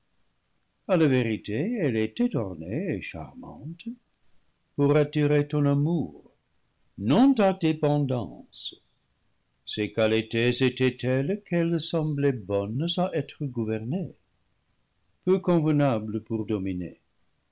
a la vérité elle était ornée et charmante pour attirer ton amour non ta dépendance ses qualités étaient telles qu'elles semblaient bonnes à être gou vernées peu convenables pour dominer